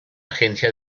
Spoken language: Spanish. agencia